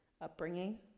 upbringing